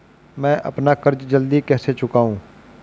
मैं अपना कर्ज जल्दी कैसे चुकाऊं?